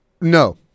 No